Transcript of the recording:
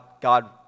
God